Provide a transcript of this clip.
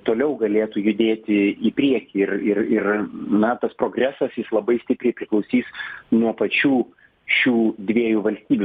toliau galėtų judėti į priekį ir ir ir na tas progresas jis labai stipriai priklausys nuo pačių šių dviejų valstybių